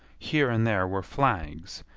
here and there were flags,